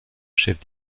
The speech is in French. chef